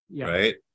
right